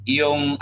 yung